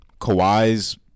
Kawhi's